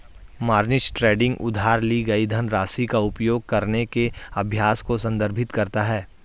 margin trading उधार ली गई धनराशि का उपयोग करने के अभ्यास को संदर्भित करता है